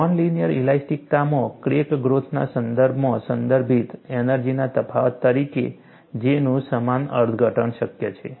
non linear ઇલાસ્ટિકતામાં ક્રેકની ગ્રોથના સંદર્ભમાં સંભવિત એનર્જીના તફાવત તરીકે J નું સમાન અર્થઘટન શક્ય છે